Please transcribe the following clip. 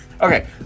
Okay